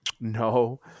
no